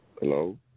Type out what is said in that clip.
Hello